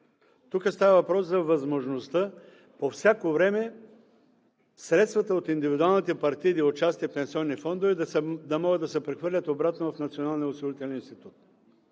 Тук става въпрос за възможността по всяко време средствата от индивидуалните партиди от частни пенсионни фондове да могат да се прехвърлят обратно в Националния осигурителен институт.